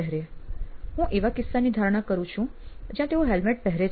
હું એવા કિસ્સાની ધારણા કરું છું જ્યાં તેઓ હેલ્મેટ પહેરે છે